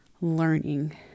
learning